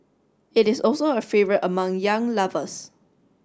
it is also a favourite among young lovers